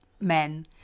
men